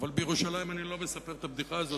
אבל בירושלים אני לא מספר את הבדיחה הזאת,